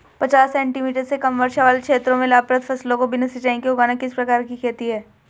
पचास सेंटीमीटर से कम वर्षा वाले क्षेत्रों में लाभप्रद फसलों को बिना सिंचाई के उगाना किस प्रकार की खेती है?